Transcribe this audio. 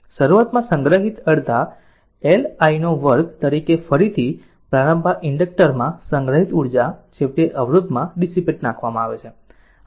શરૂઆતમાં સંગ્રહિત અડધા L I0 વર્ગ તરીકે ફરીથી પ્રારંભમાં ઇન્ડક્ટર માં સંગ્રહિત ઉર્જા છેવટે અવરોધમાં ડીસીપેટ નાખવામાં આવે છે